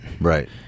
right